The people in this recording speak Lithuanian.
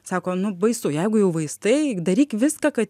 sako nu baisu jeigu jau vaistai daryk viską kad